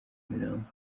nyamirambo